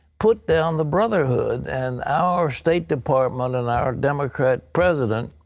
put down the brotherhood. and our state department and our democratic president